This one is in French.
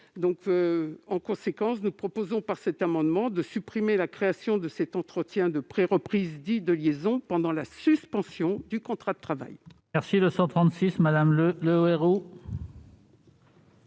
En conséquence, nous proposons par cet amendement de supprimer la création de ce rendez-vous de liaison pendant la suspension du contrat de travail.